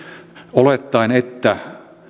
olettaen että